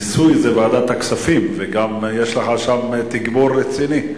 מיסוי זה ועדת הכספים, יש לך שם גם תגבור רציני.